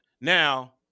Now